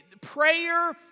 Prayer